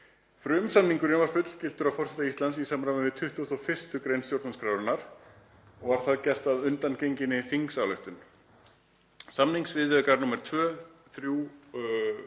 Frumsamningurinn var fullgiltur af forseta Íslands í samræmi við 21. gr. stjórnarskrárinnar og var það gert að undangenginni þingsályktun. Samningsviðaukar nr. 2, nr.